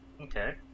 Okay